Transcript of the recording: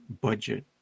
budget